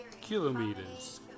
kilometers